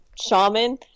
shaman